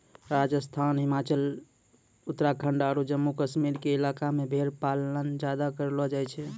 राजस्थान, हिमाचल, उत्तराखंड आरो जम्मू कश्मीर के इलाका मॅ भेड़ पालन ज्यादा करलो जाय छै